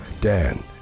Dan